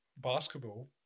basketball